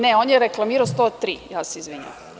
Ne, on je reklamirao 103, ja se izvinjavam.